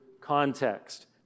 context